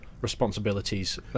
responsibilities